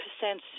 percent